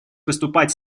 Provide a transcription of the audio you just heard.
выступать